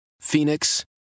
Phoenix